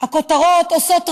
הכותרות עושות רעש,